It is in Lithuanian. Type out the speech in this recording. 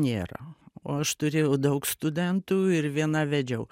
nėra o aš turėjau daug studentų ir viena vedžiau